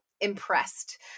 impressed